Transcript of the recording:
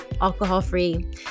alcohol-free